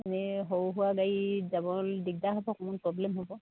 এনেই সৰু সুৰা গাড়ীত যাবলৈ দিগদাৰ হ'ব অকণমান প্ৰব্লেম হ'ব